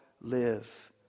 live